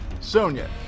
Sonya